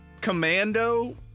commando